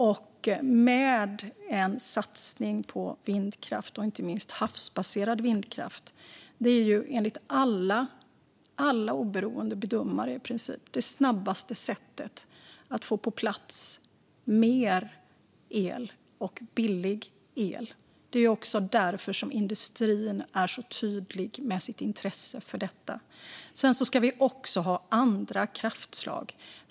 Det handlar om en satsning på vindkraft, inte minst havsbaserad vindkraft, som enligt i princip alla oberoende bedömare är det snabbaste sättet att få på plats mer el och billig el. Det är också därför industrin är så tydlig med sitt intresse för detta. Sedan ska vi också ha andra kraftslag.